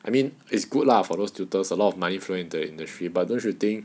I mean it's good lah for those tutors a lot of money flowing into the industry but don't you think